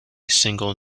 single